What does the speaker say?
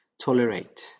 Tolerate